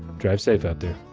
drive safe out there.